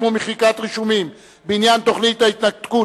ומחיקת רישומים בעניין תוכנית ההתנתקות,